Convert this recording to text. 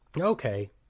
Okay